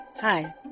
Hi